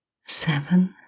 seven